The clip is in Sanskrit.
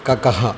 काकः